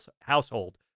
household